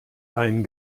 ein